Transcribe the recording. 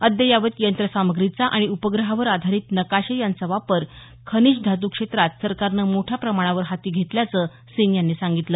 अद्यावत यंत्र सामग्रीचा आणि उपग्रहावर आधारीत नकाशे यांचा वापर खनिज धातू क्षेत्रात सरकारनं मोठ्या प्रमाणावर हाती घेतल्याचं सिंग यांनी सांगितलं